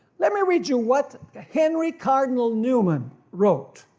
let me read you what henry cardinal newman wrote,